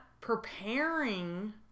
preparing